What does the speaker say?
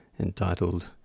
entitled